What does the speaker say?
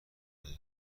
دقیقه